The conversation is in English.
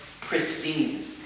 pristine